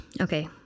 Okay